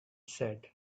said